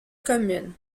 commune